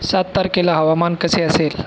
सात तारखेला हवामान कसे असेल